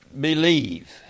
believe